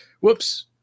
whoops